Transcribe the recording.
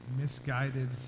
misguided